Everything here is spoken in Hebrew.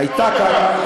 עוד דקה.